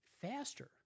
faster